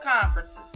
conferences